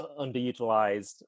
underutilized